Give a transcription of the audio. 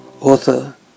Author